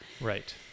right